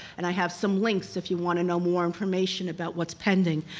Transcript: and i have some links if you wanna know more information about what's pending.